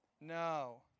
No